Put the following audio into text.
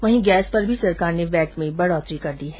वहीं गैस पर भी सरकार ने वैट में बढोतरी कर दी है